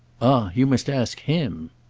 ah you must ask him!